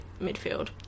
midfield